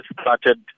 started